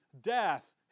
death